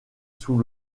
sous